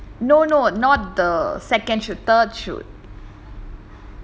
no no not the second shoot third shoot